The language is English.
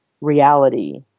reality